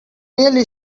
really